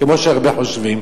כמו שהרבה חושבים,